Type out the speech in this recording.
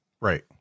Right